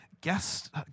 guest